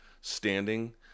standing